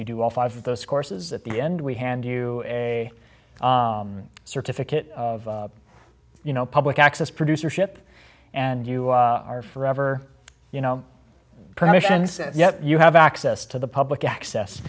you do all five of those courses at the end we hand you a certificate of you know public access producer ship and you are forever you know permission says yes you have access to the public access